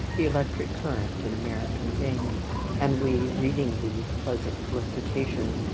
the electric current in american veins and we, reading these pleasant felicitations,